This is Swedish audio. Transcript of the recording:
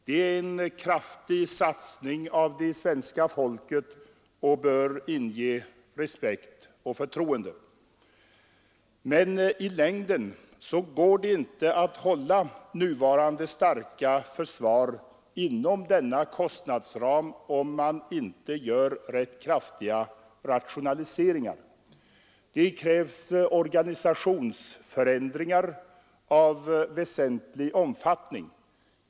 Det är en kraftig satsning av det svenska folket och bör inge respekt och förtroende. Men i längden går det inte att hålla nuvarande starka försvar inom denna kostnadsram om man inte gör rätt kraftiga rationaliseringar. Det krävs organisationsförändringar av väsentlig omfattning.